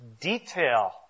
detail